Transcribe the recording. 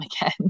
again